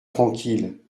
tranquille